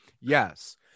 Yes